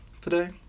today